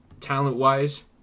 talent-wise